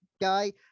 guy